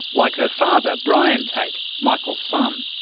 like her father bryan tait, michael's son,